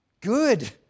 Good